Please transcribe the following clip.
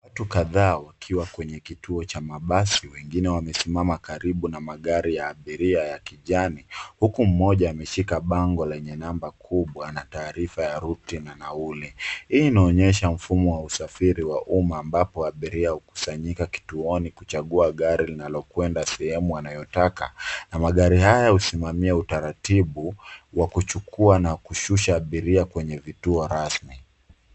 Watu kadhaa wakiwa kwenye kituo cha mabasi, wengine wamesimama karibu na magari ya abiria ya kijani, huku mmoja ameshika bango lenye namba kubwa na taarifa ya ruti na nauli. Hii inaonyesha mfumo wa usafiri wa umma ambapo abiria hukusanyika kituoni kuchagua gari linalokwenda sehemu wanayotaka, na magari haya husimamia utaratibu wa kuchukua na kushusha abiria kwenye vituo rasmi.